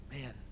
Man